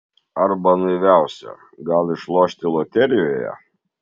arba naiviausia gal išlošti loterijoje